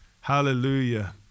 Hallelujah